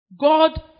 God